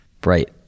Bright